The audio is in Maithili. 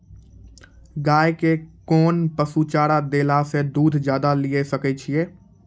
गाय के कोंन पसुचारा देला से दूध ज्यादा लिये सकय छियै?